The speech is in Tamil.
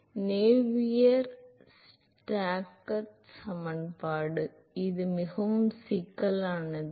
மாணவர் நேவியர் ஸ்டோக்ஸ் சமன்பாடு அது மிகவும் சிக்கலானது